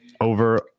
Over